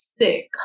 sick